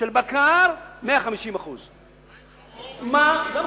של בקר, 150%. מה עם חמור?